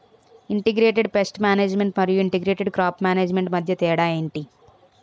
integrated pest management మరియు integrated crop management మధ్య తేడా ఏంటి